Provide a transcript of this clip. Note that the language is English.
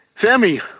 Sammy